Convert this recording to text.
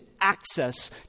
access